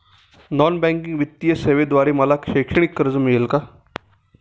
Non banking वित्तीय सेवेद्वारे मला शैक्षणिक कर्ज मिळेल का?